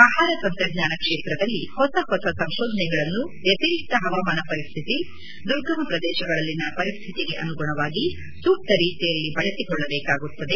ಆಹಾರ ತಂತ್ರಜ್ನಾನ ಕ್ಷೇತ್ರದಲ್ಲಿ ಹೊಸ ಹೊಸ ಸಂಶೋಧನೆಗಳನ್ನು ವ್ಯತಿರಿಕ್ತ ಹವಾಮಾನ ಪರಿಸ್ತಿತಿ ದುರ್ಗಮ ಪ್ರದೇಶಗಳಲ್ಲಿನ ಪರಿಸ್ತಿತಿಗೆ ಅನುಗುಣವಾಗಿ ಸೂಕ್ತ ರೀತಿಯಲ್ಲಿ ಬಳಸಿಕೊಳ್ಳಬೇಕಾಗುತ್ತದೆ